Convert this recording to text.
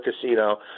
casino